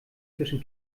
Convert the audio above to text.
zwischen